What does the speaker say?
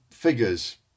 figures